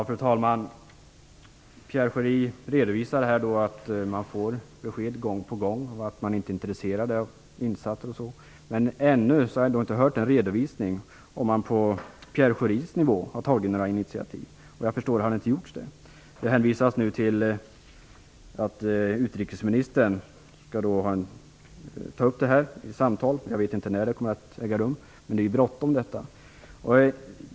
Fru talman! Pierre Schori redovisar att man får besked gång på gång om att ryssarna inte är intresserade av insatser. Men ännu har jag inte hört någon redovisning av om man på Pierre Schoris nivå har tagit några initiativ. Vad jag förstår har det inte gjorts. Det hänvisas nu till att utrikesministern skall ta upp detta i samtal. Jag vet inte när de kommer att äga rum. Men detta är bråttom.